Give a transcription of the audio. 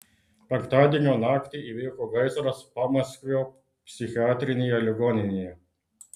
penktadienio naktį įvyko gaisras pamaskvio psichiatrinėje ligoninėje